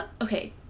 okay